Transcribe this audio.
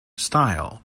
style